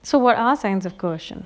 so what are signs of coersion